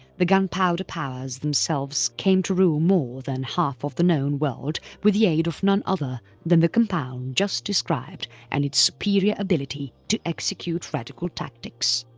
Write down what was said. the gunpowder powers themselves came to rule more than half of the known world with the aid of none other than the compound just described and its superior ability to execute radical tactics.